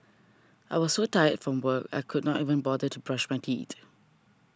I was so tired from work I could not even bother to brush my teeth